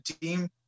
team